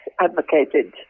advocated